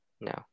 No